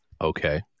Okay